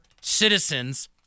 citizens